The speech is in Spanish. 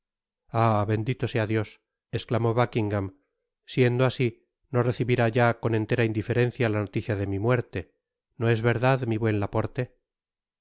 ah bendito sea dios esclamó buckingam siendo así no recibirá ya con entera indiferencia la noticia de mi muerte noes verdad mi buen laporte